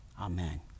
Amen